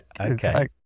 Okay